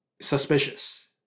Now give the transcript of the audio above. suspicious